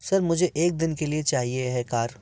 sir मुझे एक दिन के लिए चाहिए है कार